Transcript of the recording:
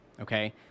okay